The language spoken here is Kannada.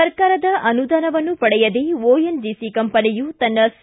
ಸರ್ಕಾರದ ಅನುದಾನವನ್ನು ಪಡೆಯದೇ ಓಎನ್ಜಿಸಿ ಕಂಪನಿಯು ತನ್ನ ಸಿ